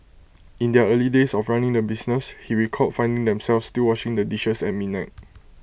in their early days of running the business he recalled finding themselves still washing the dishes at midnight